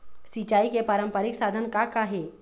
सिचाई के पारंपरिक साधन का का हे?